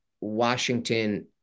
Washington